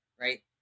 right